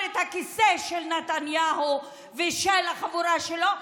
את הכיסא של נתניהו ושל החבורה שלו,